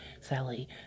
Sally